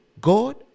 God